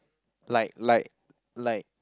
like like like